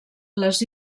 les